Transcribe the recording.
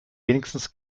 wenigstens